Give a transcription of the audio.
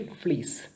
fleece